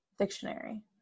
dictionary